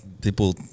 people